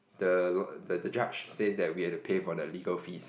the law the the judge says that we have to pay for the legal fees